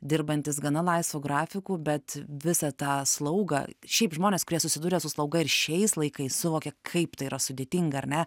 dirbantis gana laisvu grafiku bet visą tą slaugą šiaip žmonės kurie susiduria su slauga ir šiais laikais suvokia kaip tai yra sudėtinga ar ne